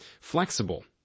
Flexible